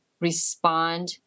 respond